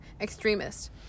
extremist